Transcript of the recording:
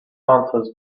months